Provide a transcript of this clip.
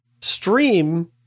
stream